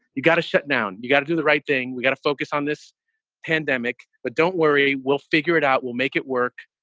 you've got to shut down, you've got to do the right thing. we got to focus on this pandemic. but don't worry. we'll figure it out. we'll make it work.